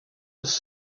was